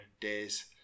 days